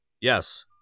Yes